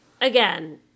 again